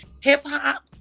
hip-hop